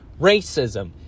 racism